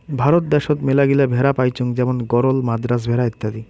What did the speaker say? ভারত দ্যাশোত মেলাগিলা ভেড়া পাইচুঙ যেমন গরল, মাদ্রাজ ভেড়া ইত্যাদি